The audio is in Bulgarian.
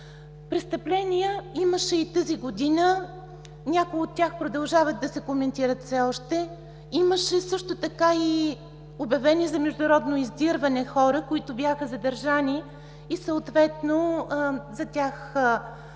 Престъпления имаше и тази година. Някои от тях продължават да се коментират все още. Имаше също така и обявени за международно издирване хора, които бяха задържани и съответно за тях текат